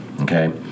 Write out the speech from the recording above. okay